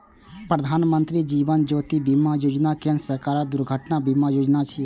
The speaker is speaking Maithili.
प्रधानमत्री जीवन ज्योति बीमा योजना केंद्र सरकारक दुर्घटना बीमा योजना छियै